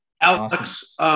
Alex